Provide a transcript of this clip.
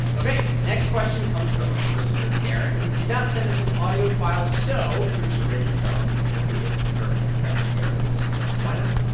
ok. next question comes from listener darren, who did not send us his audio file, so producer rachel cohn is going to read it in her best darren voice, i guess. why not?